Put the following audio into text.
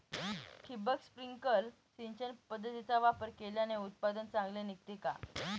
ठिबक, स्प्रिंकल सिंचन पद्धतीचा वापर केल्याने उत्पादन चांगले निघते का?